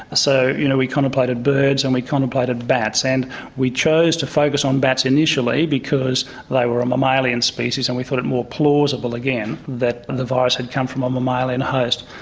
so you know we contemplated birds and we contemplated bats and we chose to focus on bats initially because they were a mammalian species and we thought it more plausible again that the virus had come from a mammalian host.